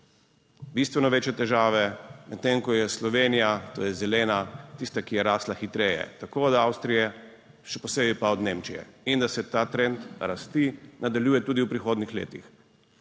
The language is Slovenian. bistveno večje težave, medtem ko je Slovenija, to je zelena, tista, ki je rastla hitreje, tako od Avstrije, še posebej pa od Nemčije in da se ta trend rasti nadaljuje tudi v prihodnjih letih.